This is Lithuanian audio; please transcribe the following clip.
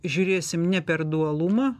žiūrėsim ne per dualumą